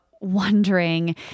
wondering